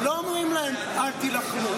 לא אומרים להם: אל תילחמו,